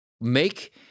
make